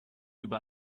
über